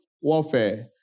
warfare